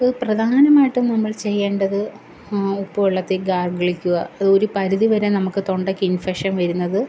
പ്രധാനമായിട്ടും നമ്മൾ ചെയ്യേണ്ടത് ഉപ്പു വെള്ളത്തിൽ ഗാർഗിളിക്കുക ഒരു പരിധി വരെ നമുക്ക് തൊണ്ടക്ക് ഇൻഫെക്ഷൻ വരുന്നത്